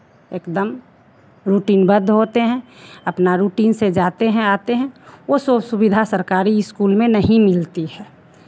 एकदम रुटीन बद्ध होते हैं अपना रुटीन से जाते हैं आते हैं ओ सो सुविधा सरकारी स्कूल में नहीं मिलती है